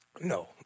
No